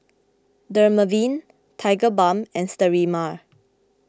Dermaveen Tigerbalm and Sterimar